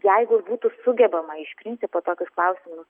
jeigu būtų sugebama iš principo tokius klausimus